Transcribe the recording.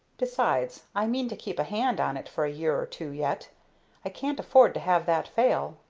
besides, i mean to keep a hand on it for a year or two yet i can't afford to have that fail.